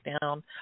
down